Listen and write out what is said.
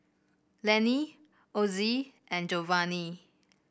Lenny Ossie and Jovanni